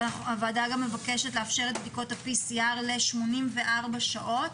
הוועדה גם מאפשרת לאפשר את בדיקות ה-PCR ל-84 שעות